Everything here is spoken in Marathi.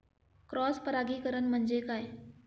क्रॉस परागीकरण म्हणजे काय?